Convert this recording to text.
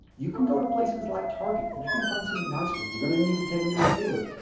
you can go to places like target and you can find some nice ones. you are going to need to take them to a tailor,